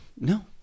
No